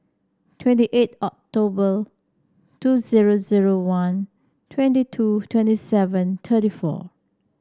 twenty eight October two zero zero one twenty two twenty seven thirty four